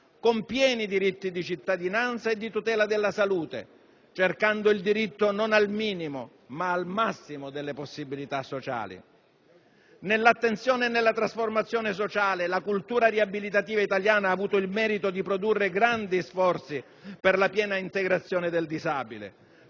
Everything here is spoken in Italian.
con pieni diritti di cittadinanza e di tutela della salute, cercando il diritto non al minimo ma al massimo delle possibilità sociali. Nell'attenzione e nella trasformazione sociale, la cultura riabilitativa italiana ha avuto il merito di produrre grandi sforzi per la piena integrazione del disabile.